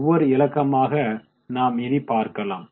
ஒவ்வொரு இலக்கமாக நாம் இனி பார்க்கலாம்